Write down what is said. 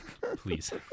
Please